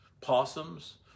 possums